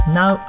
now